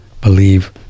believe